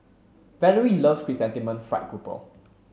Valorie loves Chrysanthemum Fried Grouper